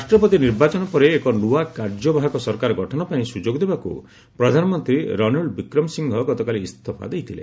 ରାଷ୍ଟ୍ରପତି ନିର୍ବାଚନ ପରେ ଏକ ନୂଆ କାର୍ଯ୍ୟବାହକ ସରକାର ଗଠନ ପାଇଁ ସୁଯୋଗ ଦେବାକୁ ପ୍ରଧାନମନ୍ତ୍ରୀ ରନୀଳ ବିକ୍ରମସିଂଘ ଗତକାଲି ଇସ୍ତଫା ଦେଇଥିଲେ